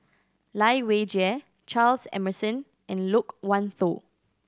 Lai Weijie Charles Emmerson and Loke Wan Tho